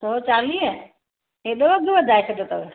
सौ चालीह हेॾो अॻु वधाए छॾियो अथव